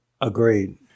Agreed